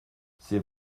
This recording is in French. c’est